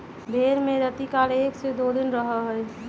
भेंड़ में रतिकाल एक से दो दिन रहा हई